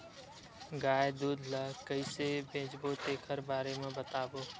गाय दूध ल कइसे बेचबो तेखर बारे में बताओ?